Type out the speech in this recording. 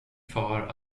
far